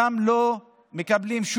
לא מקבלים,